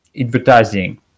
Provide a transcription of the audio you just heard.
advertising